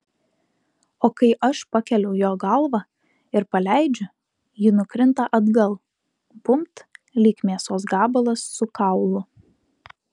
o kai aš pakeliu jo galvą ir paleidžiu ji nukrinta atgal bumbt lyg mėsos gabalas su kaulu